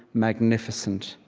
magnificent,